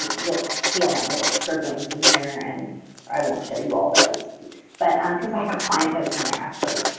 you'll see see all my little scribblings in here and i won't to show you all those but um because i have client notes in there actually.